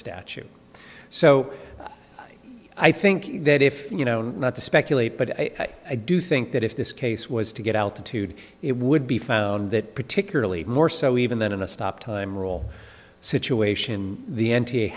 statute so i think that if you know not to speculate but i do think that if this case was to get out the tud it would be found that particularly more so even than a stop time rule situation the